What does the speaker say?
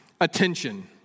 attention